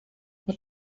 what